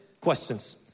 questions